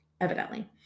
evidently